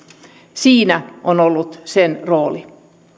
siinä on ollut sen rooli